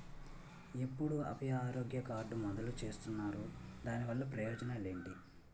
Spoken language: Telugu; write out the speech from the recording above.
ఎప్పుడు అభయ ఆరోగ్య కార్డ్ మొదలు చేస్తున్నారు? దాని వల్ల ప్రయోజనాలు ఎంటి?